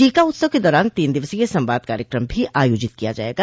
टीका उत्सव के दौरान तीन दिवसीय संवाद कार्यक्रम भी आयोजित किया जायेगा